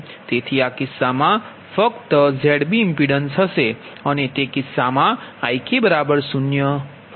તેથી આ કિસ્સામાં ફક્ત Zbઇમ્પિડન્સ હશે અને તે કિસ્સામાં Ik0 બરાબર હશે